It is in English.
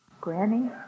Granny